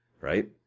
right